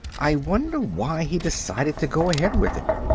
i wonder why he decided to go ahead with it.